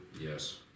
Yes